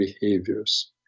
behaviors